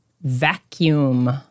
Vacuum